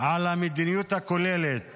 על המדיניות הכוללת